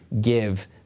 give